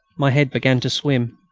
my head began to swim.